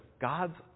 God's